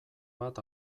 bat